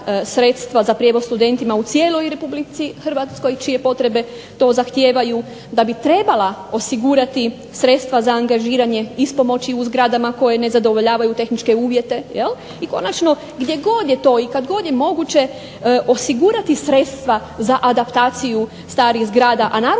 sredstva za prijevoz studentima u cijelo RH čije potrebe to zahtijevaju, da bi trebala osigurati sredstva za angažiranje ispomoći u zgradama koje ne zadovoljavaju tehničke uvjete i konačno gdje god je to i kada god je moguće osigurati sredstva za adaptaciju starih zgrada, a naročito